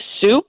soup